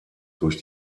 durch